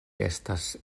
estas